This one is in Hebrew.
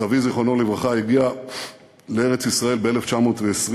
סבי זיכרונו לברכה הגיע לארץ-ישראל ב-1920,